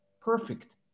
perfect